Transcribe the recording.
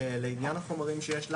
לעניין החומרים שיש לנו,